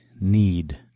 need